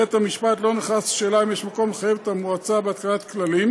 בית-המשפט לא נכנס לשאלה אם יש מקום לחייב את המועצה בהתקנת כללים,